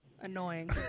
annoying